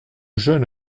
jeune